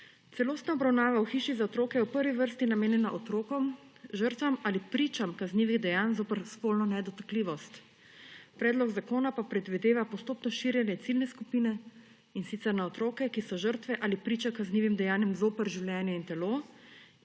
Celostna obravnava v hiši za otroke je v prvi vrsti namenjena otrokom žrtvam ali pričam kaznivih dejanj zoper spolno nedotakljivost, predlog zakona pa predvideva postopno širjenje ciljne skupine, in sicer na otroke, ki so žrtve ali priče kaznivim dejanjem zoper življenje in telo